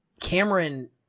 cameron